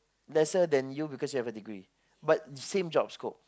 lesser than you because you have a degree but same job scope